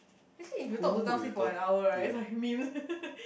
actually if you talk to Zhang-Xing for an hour right is like meme